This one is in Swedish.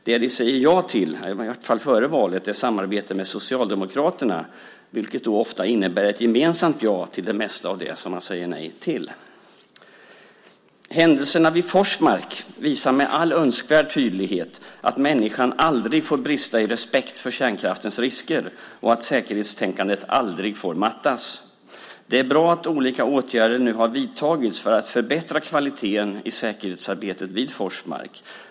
Det de säger ja till, i alla fall var det så före valet, är samarbete med Socialdemokraterna, vilket ofta innebär ett gemensamt ja till det mesta av det som man säger nej till. Händelserna vid Forsmark visar med all önskvärd tydlighet att människan aldrig får brista i respekt för kärnkraftens risker och att säkerhetstänkandet aldrig får mattas. Det är bra att olika åtgärder nu har vidtagits för att förbättra kvaliteten i säkerhetsarbetet vid Forsmark.